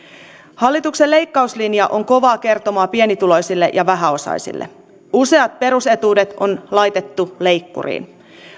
hallituksen leikkauslinja on kovaa kertomaa pienituloisille ja vähäosaisille useat pe rusetuudet on laitettu leikkuriin